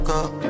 up